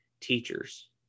teachers